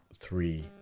three